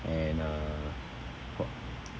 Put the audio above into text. and uh for